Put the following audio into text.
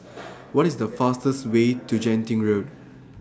What IS The fastest Way to Genting Road